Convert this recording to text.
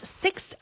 six